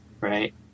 right